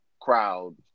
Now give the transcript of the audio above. crowd